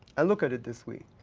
i look at it this way,